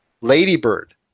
ladybird